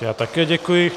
Já také děkuji.